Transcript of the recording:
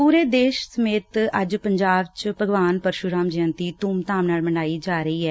ਪੂਰੇ ਦੇਸ਼ ਸਮੇਤ ਅੱਜ ਪੰਜਾਬ ਵਿਚ ਵੀ ਭਗਵਾਨ ਪਰਸੂਰਾਮ ਜੈਯੰਡੀ ਧੂਮਧਾਮ ਨਾਲ ਮਨਾਈ ਜਾ ਰਹੀ ਐ